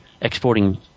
exporting